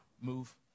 move